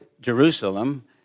Jerusalem